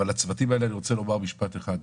אבל הצוותים האלה, אני רוצה לומר משפט אחד: